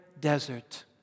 desert